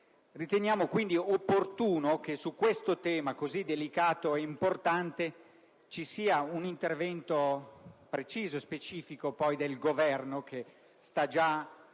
Riteniamo opportuno che su questo tema così delicato e importante ci sia un intervento preciso e specifico del Governo, che sta già